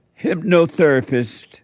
hypnotherapist